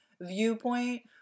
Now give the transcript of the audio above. viewpoint